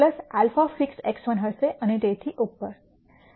x2 x1 αfixed x1 હશે અને તેથી પર